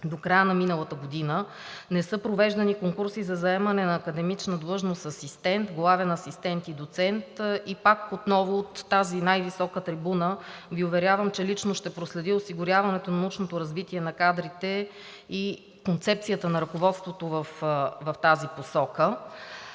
до края на миналата година не са провеждани конкурси за заемане на академична длъжност асистент, главен асистент и доцент. Пак отново от тази най-висока трибуна Ви уверявам, че лично ще проследя осигуряването на научното развитие на кадрите и концепцията на ръководството в тази посока.